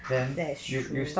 that is true